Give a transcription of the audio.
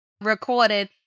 recorded